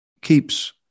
keeps